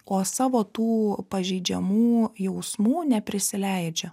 o savo tų pažeidžiamų jausmų neprisileidžia